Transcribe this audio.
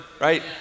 right